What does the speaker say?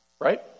right